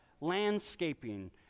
landscaping